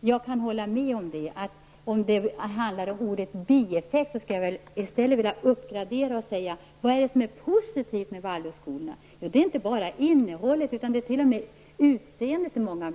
Jag kan hålla med om att i stället för bieffekt skulle jag vilja uppgradera och fråga vad som är positivt med Waldorfskolan. Jo, det är inte bara innehållet utan många gånger t.o.m. utseendet.